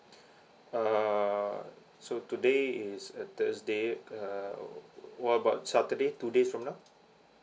uh so today is a thursday uh what about saturday two days from now